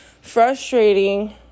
frustrating